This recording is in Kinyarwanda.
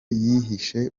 yihishe